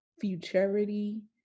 futurity